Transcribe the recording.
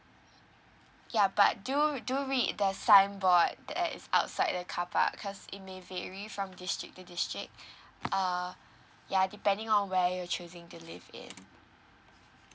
ya but do you do you read the signboard that is outside the carpark cause it may vary from district to district err ya depending on where you're choosing to live it